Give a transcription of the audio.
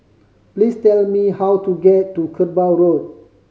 please tell me how to get to Kerbau Road